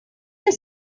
your